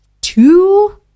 two